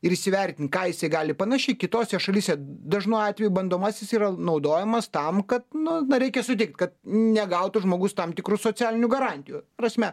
ir įsivertint ką jisai gali panašiai kitose šalyse dažnu atveju bandomasis yra naudojamas tam kad nu na reikia sudikt kad negautų žmogus tam tikrų socialinių garantijų prasme